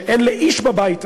שאין לאיש בבית הזה,